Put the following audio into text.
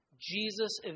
Jesus